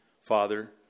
Father